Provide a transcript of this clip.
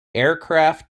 aircraft